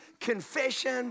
confession